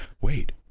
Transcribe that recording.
Wait